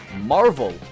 Marvel